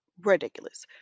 ridiculous